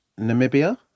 namibia